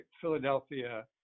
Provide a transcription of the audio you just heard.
Philadelphia